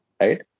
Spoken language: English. Right